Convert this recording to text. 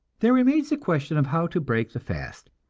there remains the question of how to break the fast,